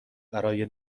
برای